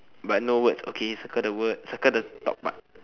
but no words okay circle the word circle the top part